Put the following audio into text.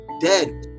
dead